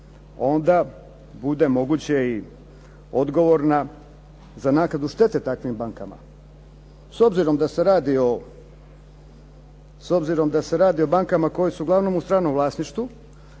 onda bude moguće i odgovorna za naknadu štete takvim bankama. S obzirom da se radi o bankama koje su uglavnom u stranom vlasništvu